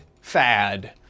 fad